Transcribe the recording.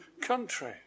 country